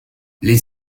les